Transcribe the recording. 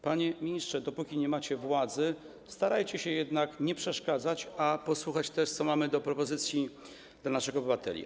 Panie ministrze, dopóki nie macie władzy, starajcie się jednak nie przeszkadzać, lecz posłuchać, jaką mamy propozycję dla naszych obywateli.